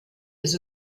ist